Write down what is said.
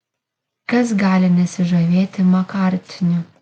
kas gali nesižavėti makartniu